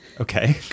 Okay